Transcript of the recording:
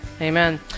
Amen